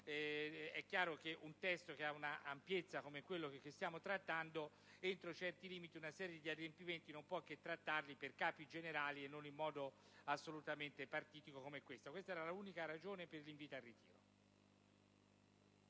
È chiaro che un testo che ha l'ampiezza di quello che stiamo trattando entro certi limiti una serie di adempimenti non può che trattarli per capi generali e non in modo assolutamente partitico come questo. Questa era l'unica ragione per l'invito al ritiro.